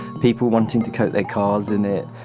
people wanting to coat their cars in it.